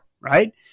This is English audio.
right